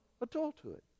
adulthood